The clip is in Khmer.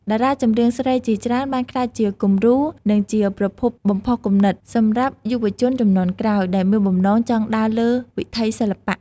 តារាចម្រៀងស្រីជាច្រើនបានក្លាយជាគំរូ និងជាប្រភពបំផុសគំនិតសម្រាប់យុវជនជំនាន់ក្រោយ ដែលមានបំណងចង់ដើរលើវិថីសិល្បៈ។